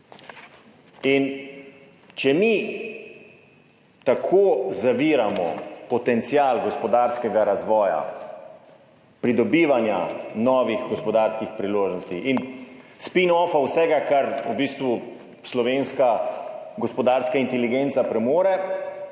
In če mi tako zaviramo potencial gospodarskega razvoja pridobivanja novih gospodarskih priložnosti in spinoffa vsega, kar v bistvu slovenska gospodarska inteligenca premore,